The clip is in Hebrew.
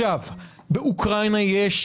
באוקראינה יש